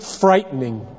frightening